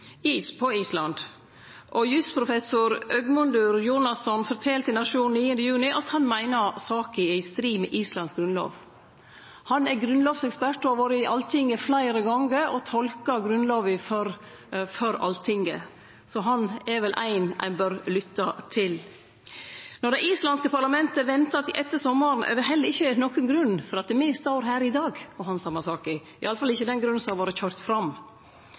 handsaming på Island. Jusprofessor Stefán Már Stefánsson fortel til Nationen 9. juni at han meiner saka er i strid med islandsk grunnlov. Han er grunnlovsekspert og har vore i Alltinget fleire gonger og tolka grunnlova for Alltinget, så han er vel ein ein bør lytte til. Når det islandske parlamentet ventar til etter sommaren, er det heller ikkje nokon grunn for at me står her i dag og handsamar saka, iallfall ikkje den grunnen som har vore køyrd fram